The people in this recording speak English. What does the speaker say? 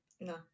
no